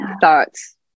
thoughts